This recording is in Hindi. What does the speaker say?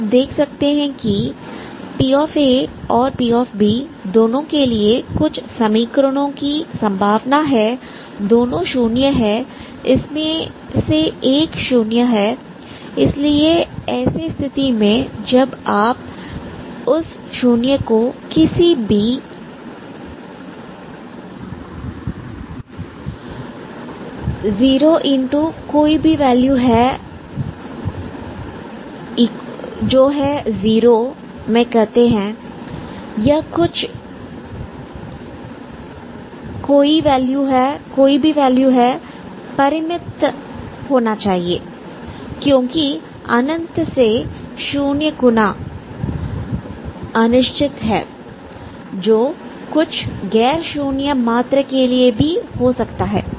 आप देख सकते हैं कि p p दोनों के लिए कुछ समीकरणों की संभावना है दोनों शून्य है उसमें से एक शून्य है इसलिए ऐसी स्थिति में जब आप उस शून्य को किसी भी 0×ζ0 में कहते हैं यह कुछ ζपरिमित होना चाहिए क्योंकि अनंत से 0 गुणा 0×∞≠finite अनिश्चित है जो कुछ गैर शून्य मात्र के लिए भी हो सकता है